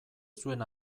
zuen